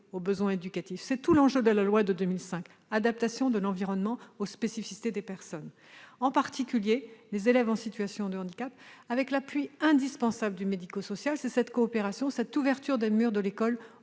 aux besoins éducatifs- c'est tout l'enjeu de la loi de 2005 : adaptation de l'environnement aux spécificités des personnes handicapées, en particulier des élèves en situation de handicap -, avec l'appui indispensable du secteur médico-social. C'est cette coopération, cette « ouverture » des murs de l'école